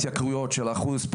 התייקרויות של אחוז,